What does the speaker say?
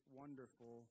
wonderful